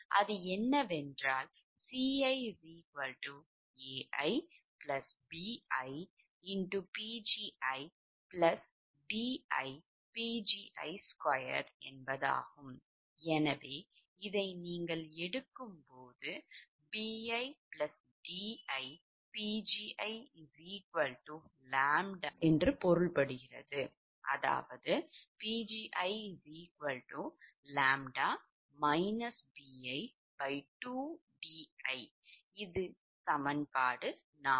அது என்ன வென்றால்Ciai biPgi diPgi2எனவே இதை நீங்கள் எடுக்கும்போது bidiPgiʎ அதாவது Pgiʎ bi2di இது சமன்பாடு 43